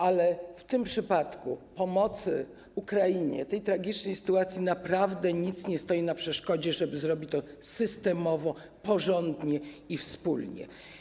Ale w przypadku pomocy Ukrainie, tej tragicznej sytuacji naprawdę nic nie stoi na przeszkodzie, żeby zrobić to systemowo, porządnie i wspólnie.